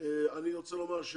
את